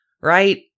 right